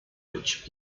which